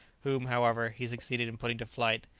whom, however, he succeeded in putting to flight.